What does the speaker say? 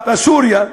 בסוריה,